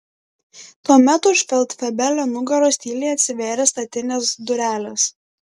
tuomet už feldfebelio nugaros tyliai atsivėrė statinės durelės